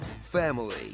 Family